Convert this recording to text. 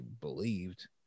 believed